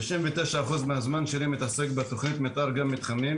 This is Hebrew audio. תשעים ותשעה אחוז מהזמן שלי אני מתעסק בתכנית המתאר גם מתחמים.